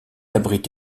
abrite